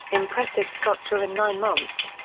impressive structure in nine months.